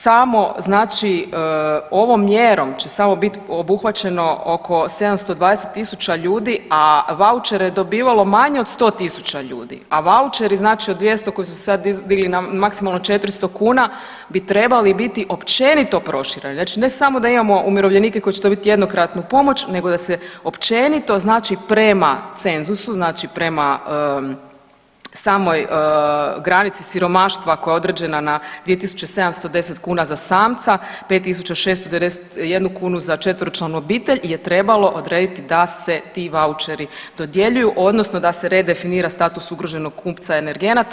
Samo znači ovom mjerom će samo bit obuhvaćeno oko 720.000 ljudi, a vaučere je dobivalo manje od 100.000 ljudi, a vaučeri znači od 200 koje su sad digli na maksimalno 400 kuna bi trebali biti općenito prošireni, znači ne samo da imamo umirovljenike koji će dobit jednokratnu pomoć nego da se općenito znači prema cenzusu, znači prema samoj granici siromaštva koja je određena na 2.710 kuna za samca, 5.691 kunu za četveročlanu obitelj je trebalo odrediti da se ti vaučeri dodjeljuju odnosno da se redefinira status ugroženog kupca energenata.